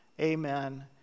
amen